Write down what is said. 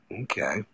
Okay